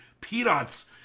peanuts